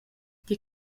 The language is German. die